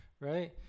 Right